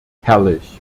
herrlich